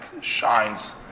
shines